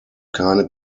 keine